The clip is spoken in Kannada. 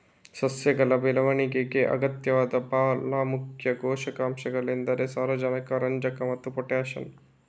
ಸಸ್ಯಗಳ ಬೆಳವಣಿಗೆಗೆ ಅಗತ್ಯವಾದ ಭಾಳ ಮುಖ್ಯ ಪೋಷಕಾಂಶಗಳೆಂದರೆ ಸಾರಜನಕ, ರಂಜಕ ಮತ್ತೆ ಪೊಟಾಷ್